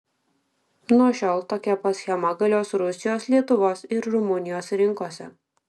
nuo šiol tokia pat schema galios rusijos lietuvos ir rumunijos rinkose